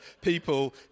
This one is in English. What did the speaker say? people